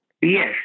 Yes